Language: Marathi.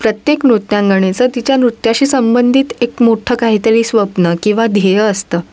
प्रत्येक नृत्यांगनेचं तिच्या नृत्याशी संबंधित एक मोठं काहीतरी स्वप्न किंवा ध्येय असतं